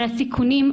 על התיקונים,